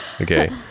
Okay